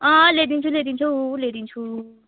अँ ल्याइदिन्छु ल्याइदिन्छु ल्याइदिन्छु